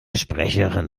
sprecherin